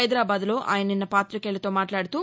హైదరాబాద్లో ఆయన నిన్న పాతికేయులతో మాట్లాడుతూ